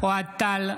אוהד טל,